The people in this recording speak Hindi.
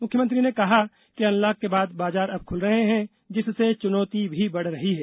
मुख्यमंत्री ने कहा कि अनलॉक के बाद बाजार अब खुल रहे हैं जिससे चुनौति भी बढ़ रही है